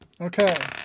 Okay